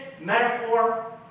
metaphor